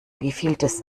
wievieltes